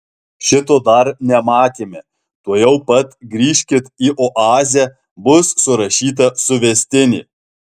šito dar nematėme tuojau pat grįžkit į oazę bus surašyta suvestinė